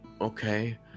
Okay